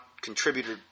contributor